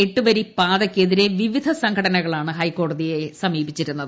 എട്ടുവരിപ്പാതയ്ക്കെതിരേ വിവിധ സംഘടനകളാണ് ഹൈക്കോടതിയെ സമീപിച്ചിരുന്നത്